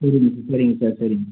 சரிங்க சார் சரிங்க சார் சரிங்க